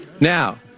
Now